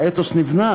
האתוס נבנה